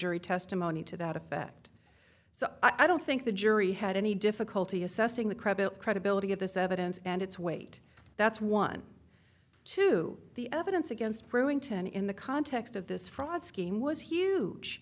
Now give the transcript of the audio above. jury testimony to that effect so i don't think the jury had any difficulty assessing the credit credibility of this evidence and its weight that's one to the evidence against brewington in the context of this fraud scheme was huge